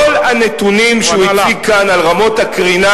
כל הנתונים שהוא הציג כאן על רמות הקרינה,